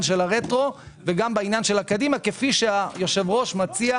של הרטרו וגם בעניין של הקדימה כפי שהיושב-ראש מציע.